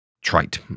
trite